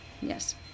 Yes